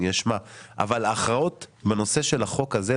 אני אשמע אבל ההכרעות בנושא של החוק הזה,